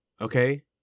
okay